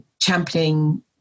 championing